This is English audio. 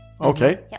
Okay